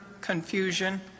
confusion